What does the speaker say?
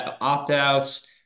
opt-outs